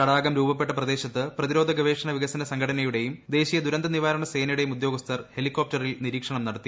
തടാകം രൂപപ്പെട്ട പ്രദേശത്ത് പ്രതിരോധ ഗവേഷണ വിക്സ്ന് സംഘടനയുടേയും ദേശീയ ദുരന്ത നിവാരണ സേനയുട്ടേയുട് ഉദ്യോഗസ്ഥർ ഹെലികോപ്റ്ററിൽ നിരീക്ഷണം നടത്തി